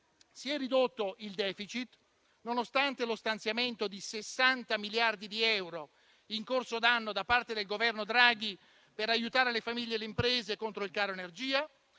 Si è ridotto il *deficit* nonostante lo stanziamento di 60 miliardi di euro in corso d'anno da parte del Governo Draghi per aiutare le famiglie e le imprese contro il caro energia;